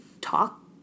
talk